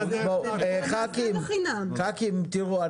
ח"כים תראו,